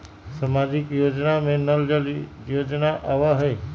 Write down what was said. सामाजिक योजना में नल जल योजना आवहई?